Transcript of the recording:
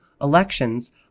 elections